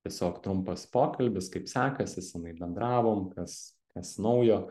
tiesiog trumpas pokalbis kaip sekasi senai bendravom kas kas naujo